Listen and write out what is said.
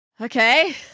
Okay